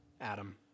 Adam